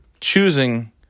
choosing